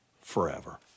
forever